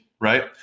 right